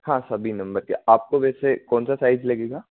हाँ सभी नंबर के आपको वैसे कौन सा साइज़ लगेगा